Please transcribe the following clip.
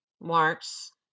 Marks